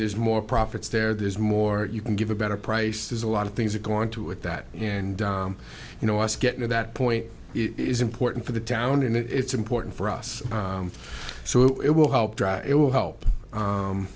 there's more profits there there's more you can give a better price there's a lot of things that go into it that and you know us getting to that point is important for the town and it's important for us so it will help drive it will help